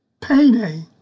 Payday